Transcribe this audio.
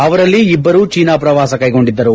ಅವರಲ್ಲಿ ಇಬ್ಲರು ಚೀನಾ ಪ್ರವಾಸ ಕೈಗೊಂಡಿದ್ದರು